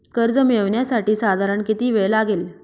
कर्ज मिळविण्यासाठी साधारण किती वेळ लागेल?